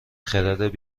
خرد